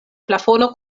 plafono